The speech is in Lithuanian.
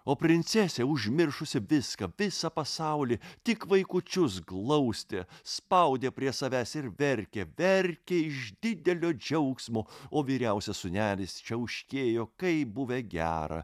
o princesė užmiršusi viską visą pasaulį tik vaikučius glaustė spaudė prie savęs ir verkė verkė iš didelio džiaugsmo o vyriausias sūnelis čiauškėjo kaip buvę gera